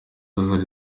zari